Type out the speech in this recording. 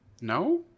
no